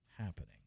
happening